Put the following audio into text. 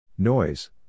Noise